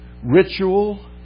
Ritual